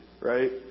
right